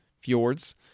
Fjords